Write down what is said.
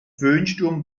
föhnsturm